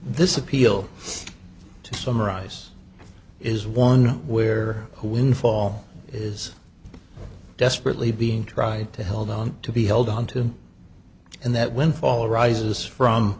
this appeal to summarize is one where a windfall is desperately being tried to held on to be held on to and that windfall arises from